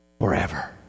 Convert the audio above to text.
forever